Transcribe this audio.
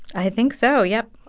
i think so, yep